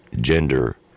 gender